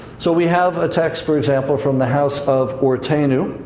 so we have a text, for example, from the house of urtenu,